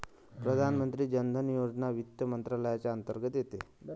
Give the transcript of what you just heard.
प्रधानमंत्री जन धन योजना वित्त मंत्रालयाच्या अंतर्गत येते